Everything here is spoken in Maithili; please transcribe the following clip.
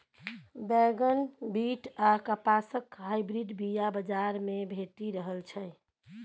बैगन, बीट आ कपासक हाइब्रिड बीया बजार मे भेटि रहल छै